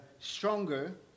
stronger